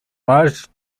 large